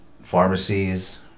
pharmacies